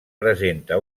presenta